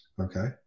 okay